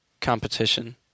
competition